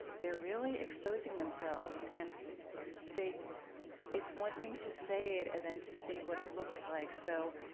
they're really exposing themselves. and they it's one thing to say it and then to see what it looks like. so,